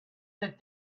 that